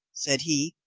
said he,